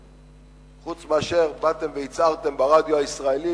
חוץ מזה שבאתם והצהרתם ברדיו הישראלי